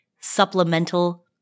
supplemental